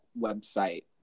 website